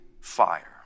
fire